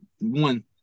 one